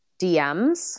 DMs